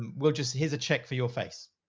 um we'll just, here's a check for your face.